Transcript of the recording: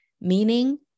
meaning